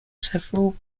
several